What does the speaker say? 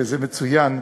וזה מצוין,